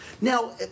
Now